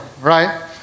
right